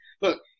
look